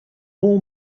all